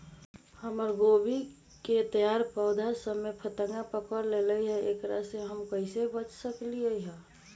हमर गोभी के तैयार पौधा सब में फतंगा पकड़ लेई थई एकरा से हम कईसे बच सकली है?